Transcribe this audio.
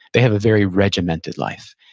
they have a very regimented life.